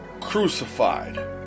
Crucified